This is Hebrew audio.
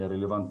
רלוונטיים.